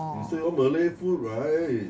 you say want malay food right